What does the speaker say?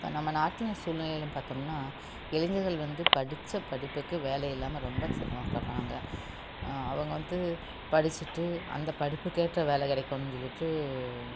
இப்போ நம்ம நாட்டில சூழ்நிலையிலன்னு பார்த்தோம்னா இளைஞர்கள் வந்து படித்த படிப்புக்கு வேலை இல்லாமல் ரொம்ப சிரமப்படுறாங்க அவங்க வந்து படிச்சிட்டு அந்த படிப்புக்கேற்ற வேலை கிடைக்கோணுன்னு சொல்லிட்டு